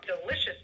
delicious